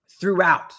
throughout